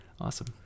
Awesome